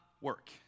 work